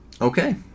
okay